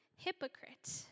Hypocrite